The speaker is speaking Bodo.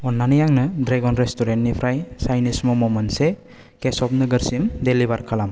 अन्नानै आंनो ड्रैगन रेस्टु'रेन्टनिफ्राइ चाइनिस मम' मोनसे केसब नोगोरसिम डिलिभार खालाम